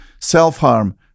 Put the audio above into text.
self-harm